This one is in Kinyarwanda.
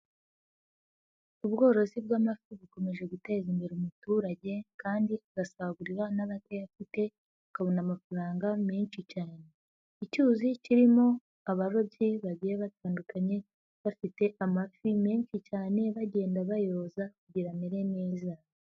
Ubworozi bw'amafi bukomeje guteza imbere umuturage kandi ugasagurira n'abatayafite bakabona amafaranga menshi cyane, icyuzi kirimo abarobyi bagiye batandukanye, bafite amafi menshi cyane bagenda bayoza kugira amere neza.